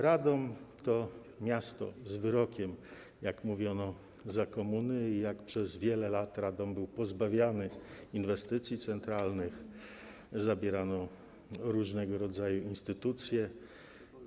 Radom to miasto z wyrokiem, jak mówiono za komuny, gdy przez wiele lat Radom był pozbawiany inwestycji centralnych, zabierano mu różnego rodzaju instytucje.